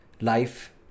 life